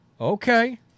Okay